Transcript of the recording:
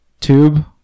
tube